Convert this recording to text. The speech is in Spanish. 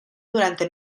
durante